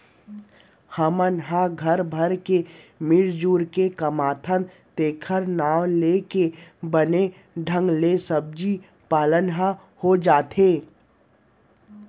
हमन ह घर भर के मिरजुर के कमाथन तेखर नांव लेके बने ढंग ले सब्जी पान ह हो जाथे